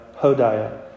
Hodiah